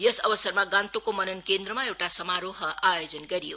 यस अवसरमा गान्तोकको मनन केन्द्रमा एउटा समारोह आयोजन गरियो